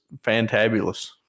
fantabulous